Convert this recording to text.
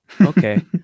okay